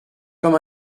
comme